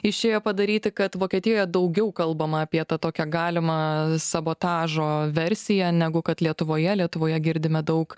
išėjo padaryti kad vokietijoe daugiau kalbama apie tokią galimą sabotažo versiją negu kad lietuvoje lietuvoje girdime daug